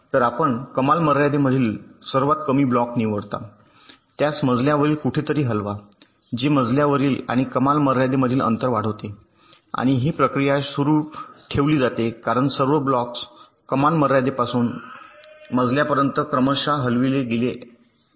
तर आपण कमाल मर्यादेमधील सर्वात कमी ब्लॉक निवडता त्यास मजल्यावरील कुठेतरी हलवा जे मजल्यावरील आणि कमाल मर्यादेमधील अंतर वाढवते आणि ही प्रक्रिया सुरू ठेवली जाते कारण सर्व ब्लॉक्स कमाल मर्यादेपासून मजल्यापर्यंत क्रमशः हलविले गेले आहेत